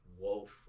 Wolf